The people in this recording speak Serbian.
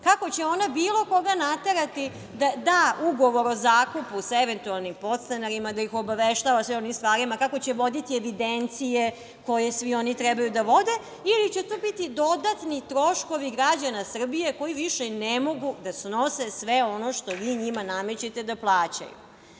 Kako će ona bilo koga naterati da da ugovor o zakupu sa eventualnim podstanarima, da ih obaveštava o svim onim stvarima, kako će voditi evidencije koje svi oni treba da vode, ili će to biti dodatni troškovi građana Srbije, koji više ne mogu da snose sve ono što vi njima namećete da plaćaju?